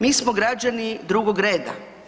Mi smo građani drugog reda.